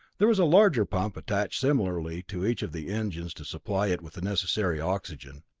there was a larger pump attached similarly to each of the engines to supply it with the necessary oxygen.